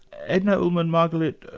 edna ullmann margalit,